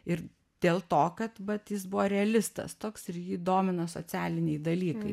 ir dėl to kad vat jis buvo realistas toks ir jį domino socialiniai dalykai